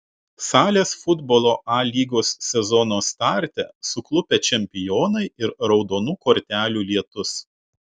salės futbolo a lygos sezono starte suklupę čempionai ir raudonų kortelių lietus